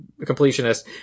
completionist